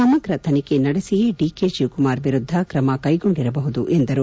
ಸಮಗ್ರ ತನಿಖೆ ನಡೆಸಿಯೆ ಡಿಕೆ ಶಿವಕುಮಾರ್ ವಿರುದ್ದ ಕ್ರಮ ಕೈಗೊಂಡಿರಬಹುದು ಎಂದರು